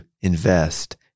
invest